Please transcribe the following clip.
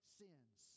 sins